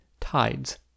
tides